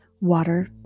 water